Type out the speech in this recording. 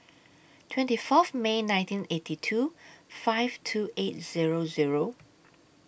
twenty Fourth May nineteen eighty two five two eight Zero Zero